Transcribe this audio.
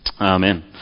Amen